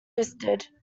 twisted